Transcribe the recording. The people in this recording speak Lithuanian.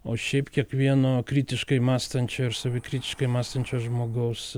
o šiaip kiekvieno kritiškai mąstančio ir savikritiškai mąstančio žmogaus